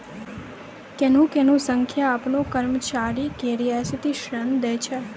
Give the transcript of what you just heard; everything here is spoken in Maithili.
कोन्हो कोन्हो संस्था आपनो कर्मचारी के रियायती ऋण दै छै